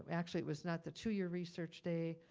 actually it was not the two-year research day,